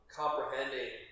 comprehending